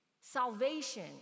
Salvation